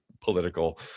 political